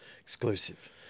Exclusive